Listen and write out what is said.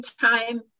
time